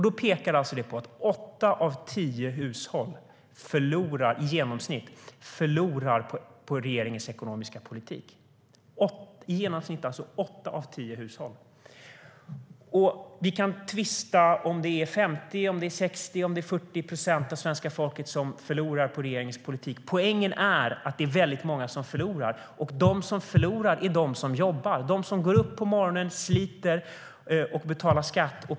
Den pekar på att åtta av tio hushåll i genomsnitt förlorar på regeringens ekonomiska politik - i genomsnitt åtta av tio hushåll. Vi kan tvista om huruvida 50, 60 eller 40 procent av svenska folket förlorar på regeringens politik, men poängen är att många förlorar. De som förlorar är de som jobbar, alltså de som går upp på morgonen, sliter och betalar skatt.